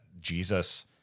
Jesus